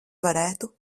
varētu